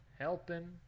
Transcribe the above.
helping